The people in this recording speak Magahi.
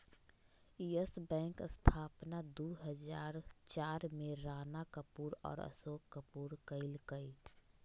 यस बैंक स्थापना दू हजार चार में राणा कपूर और अशोक कपूर कइलकय